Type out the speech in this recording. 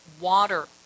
water